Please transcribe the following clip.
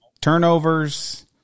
turnovers